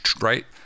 right